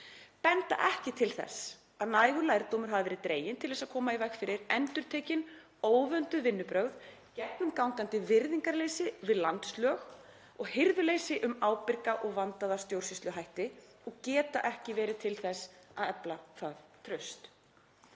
benda ekki til þess að nægur lærdómur hafi verið dreginn til að koma í veg fyrir endurtekin óvönduð vinnubrögð, gegnumgangandi virðingarleysi við landslög og hirðuleysi um ábyrga og vandaða stjórnsýsluhætti og geta ekki verið til þess að efla það traust.